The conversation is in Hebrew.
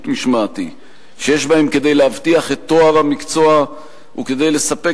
משמעתי שיש בהם כדי להבטיח את טוהר המקצוע וכדי לספק